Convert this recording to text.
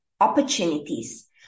opportunities